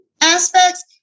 aspects